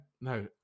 No